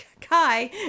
Kai